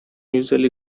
usually